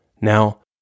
Now